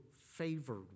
favored